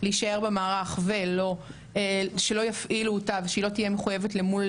להישאר במערך ושלא יפעילו אותה ושהיא לא תהיה מחויבת למול